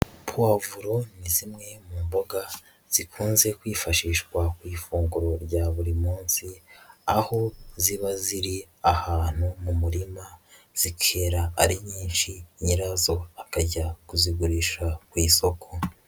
Puwavuro ni zimwe mu mboga zikunze kwifashishwa ku ifunguro rya buri munsi, aho ziba ziri ahantu mu murima zikera ari nyinshi, nyirazo akajya kuzigurisha ku isoko.